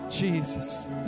Jesus